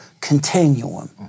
continuum